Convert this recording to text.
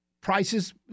Prices